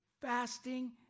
fasting